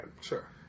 Sure